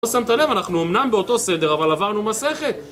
שמת לב אנחנו אמנם באותו סדר, אבל עברנו מסכת